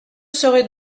serais